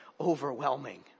overwhelming